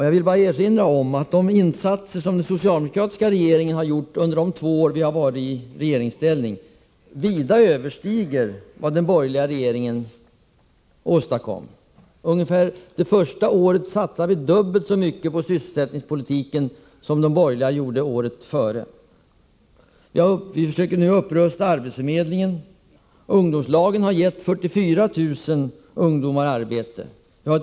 Jag vill erinra om att de insatser den socialdemokratiska regeringen gjort under de här två åren i regeringsställning vida överstiger vad de borgerliga regeringarna åstadkom. Det första året satsades ungefär dubbelt så mycket på sysselsättningspolitiken som de borgerliga gjort året före. Vi försöker nu upprusta arbetsförmedlingen. Ungdomslagen har gett 44 000 ungdomar arbete.